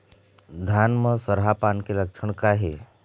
धान म सरहा पान के लक्षण का हे?